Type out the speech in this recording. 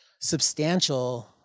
substantial